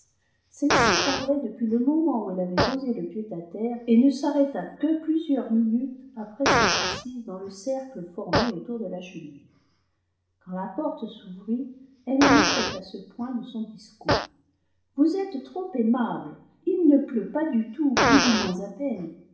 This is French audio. celle-ci parlait depuis le moment où elle avait posé le pied à terre et ne s'arrêta que plusieurs minutes après s'être assise dans le cercle formé autour de la cheminée quand la porte s'ouvrit elle en était à ce point de son discours vous êtes trop aimable il ne pleut pas du tout ou du moins à peine